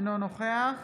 אינו נוכח